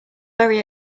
very